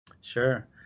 Sure